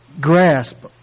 grasp